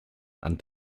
and